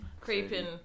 Creeping